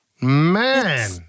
Man